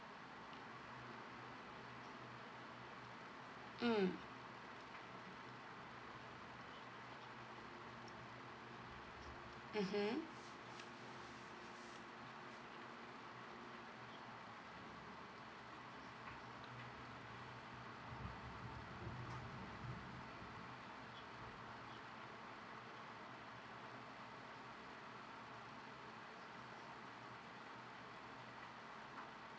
mm mmhmm